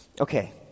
Okay